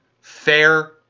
fair